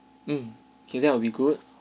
mm okay that will be good